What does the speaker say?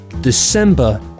December